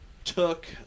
took